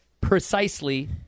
precisely